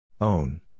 Own